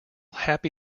happy